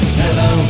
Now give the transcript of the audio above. hello